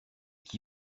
qui